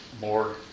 more